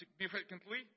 significantly